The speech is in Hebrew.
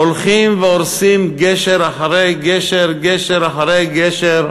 הולכים והורסים גשר אחרי גשר, גשר אחרי גשר,